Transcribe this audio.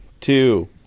two